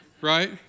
Right